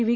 V